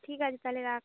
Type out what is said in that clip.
ঠিক আছে তাহলে রাখ